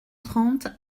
trente